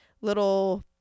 little